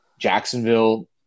Jacksonville